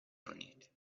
کنید